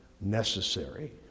necessary